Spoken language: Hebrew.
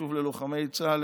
חשוב ללוחמי צה"ל,